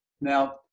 Now